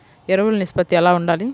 ఎరువులు నిష్పత్తి ఎలా ఉండాలి?